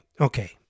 okay